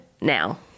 now